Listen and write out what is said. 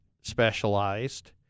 specialized